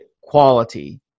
quality